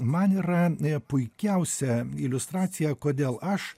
man yra puikiausia iliustracija kodėl aš